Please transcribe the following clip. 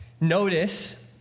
Notice